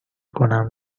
کنم